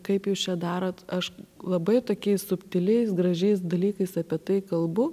kaip jūs čia darot aš labai tokiais subtiliais gražiais dalykais apie tai kalbu